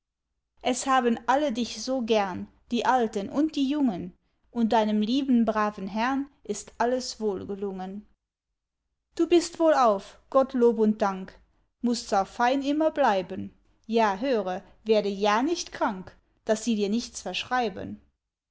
es haben alle dich so gern die alten und die jungen und deinem lieben braven herrn ist alles wohlgelungen du bist wohlauf gott lob und dank mußt's auch fein immer bleiben ja höre werde ja nicht krank daß sie dir nichts verschreiben